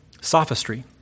Sophistry